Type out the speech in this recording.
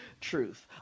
Truth